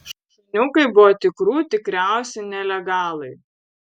šuniukai buvo tikrų tikriausi nelegalai